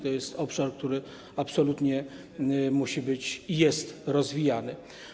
To jest obszar, który absolutnie musi być i jest rozwijany.